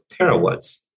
terawatts